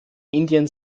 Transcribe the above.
indien